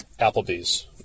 Applebee's